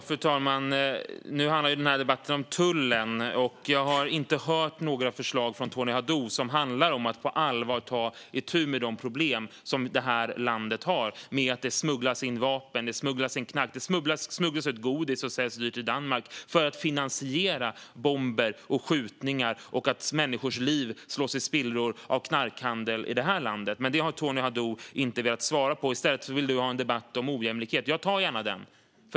Fru talman! Den här debatten handlar om tullen. Jag har inte hört några förslag från Tony Haddou om hur man på allvar ska ta itu med de problem som landet har. Det smugglas in vapen och knark, och det smugglas ut godis som säljs dyrt i Danmark för att finansiera bomber och skjutningar. Människors liv slås i spillror av knarkhandel i det här landet. Tony Haddou har inte velat svara på vad man ska göra åt det utan vill i stället ha en debatt om ojämlikhet. Jag tar gärna den.